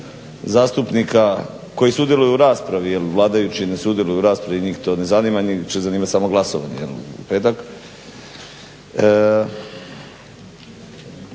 zastupnika koji sudjeluju u raspravi jer vladajući ne sudjeluju u raspravi. Njih to ne zanima, njih će zanimati samo glasovanje